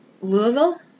Louisville